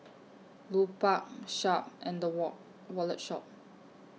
Lupark Sharp and The wall Wallet Shop